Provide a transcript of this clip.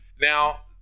now